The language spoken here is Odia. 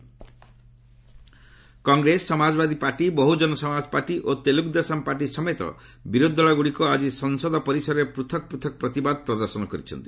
ପାର୍ଲ protest Congress Samajwadi party Bahujan Samaj party ଓ ତେଲ୍ରଗ୍ରଦେଶମ୍ ପାର୍ଟି ସମେତ ବିରୋଧୀ ଦଳଗ୍ରଡ଼ିକ ଆଜି ସଂସଦ ପରିସରରେ ପୃଥକ୍ ପୃଥକ୍ ପ୍ରତିବାଦ ପ୍ରଦର୍ଶନ କରିଛନ୍ତି